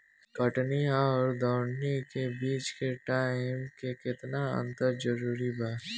कटनी आउर दऊनी के बीच के टाइम मे केतना अंतर जरूरी बा?